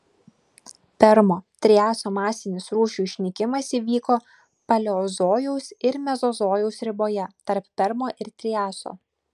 permo triaso masinis rūšių išnykimas įvyko paleozojaus ir mezozojaus riboje tarp permo ir triaso